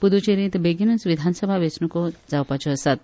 पुदुचेरींत बेगीनूच विधानसभा वेंचण्को जावपाच्यो आसात